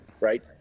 right